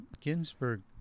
Ginsburg